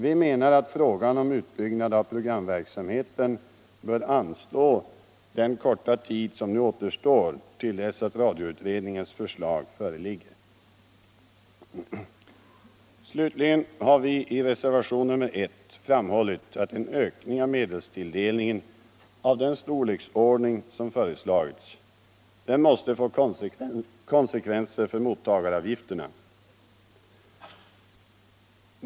Vi menar att frågan om utbyggnad av programverksamheten bör anstå under den korta tid som nu är kvar till dess att radioutredningens förslag föreligger. Slutligen har vi i reservationen 1 framhållit att en ökning av medelstilldelningen av den storleksordning som föreslagits måste få konsekvenser för mottagaravgifterna.